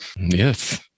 Yes